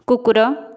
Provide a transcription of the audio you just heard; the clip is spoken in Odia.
କୁକୁର